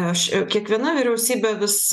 aš kiekviena vyriausybė vis